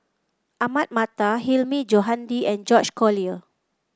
Ahmad Mattar Hilmi Johandi and George Collyer